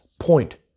point